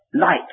light